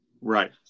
Right